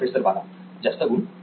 professor बाला जास्त गुण